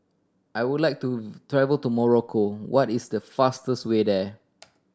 I would like to travel to Morocco what is the fastest way there